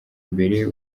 mbere